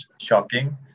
shocking